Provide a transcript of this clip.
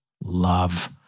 love